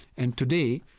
and today,